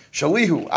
Shalihu